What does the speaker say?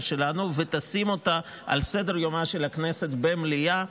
שלנו ותשים אותה על סדר-יומה של הכנסת במליאה,